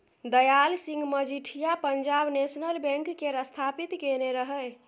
Dayal Singh Majithia Punjab National Bank केर स्थापित केने रहय